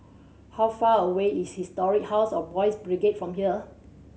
how far away is Historic House of Boys' Brigade from here